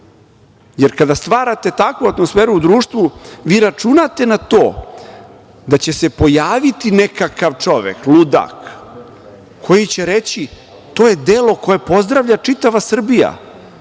jer kada stvarate takvu atmosferu u društvu, vi računate na to da će se pojaviti nekakav čovek, ludak koji će reći – to je delo koje pozdravlja čitava Srbija,